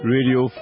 Radio